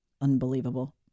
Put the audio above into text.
Unbelievable